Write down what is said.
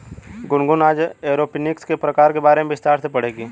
गुनगुन आज एरोपोनिक्स के प्रकारों के बारे में विस्तार से पढ़ेगी